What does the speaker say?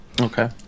Okay